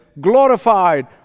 glorified